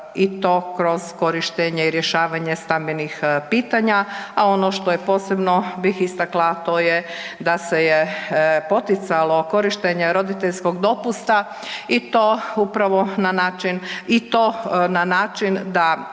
i to kroz korištenje i rješavanje stambenih pitanja, a ono što je posebno bih istakla to je da se je poticalo korištenje roditeljskog dopusta i to na način da